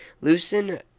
Loosen